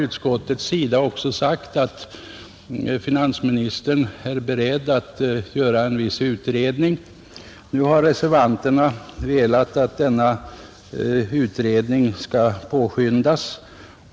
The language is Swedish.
Utskottet har också förklarat att finansministern är beredd att företa en viss utredning, och reservanterna vill att den utredningen påskyndas.